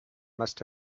must